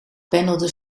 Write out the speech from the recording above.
pendelde